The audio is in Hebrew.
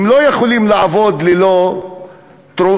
הם לא יכולים לעבוד ללא תמורה.